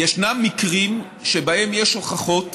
ישנם מקרים שבהם יש הוכחות,